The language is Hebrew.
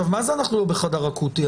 ומה זה, אנחנו לא בחדר אקוטי?